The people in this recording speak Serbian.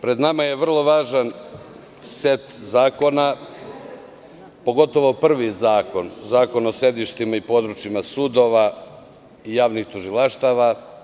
Pred nama je vrlo važan set zakona, pogotovo prvi zakon - Zakon o sedištima i područjima sudova i javnih tužilaštava.